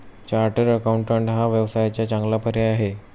chartered accountant हा व्यवसायाचा चांगला पर्याय आहे